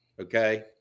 okay